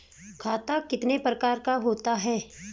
खाता कितने प्रकार का होता है?